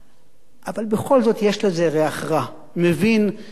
אבל בכל זאת יש לזה ריח רע, מבין גם השליט.